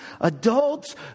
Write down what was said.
adults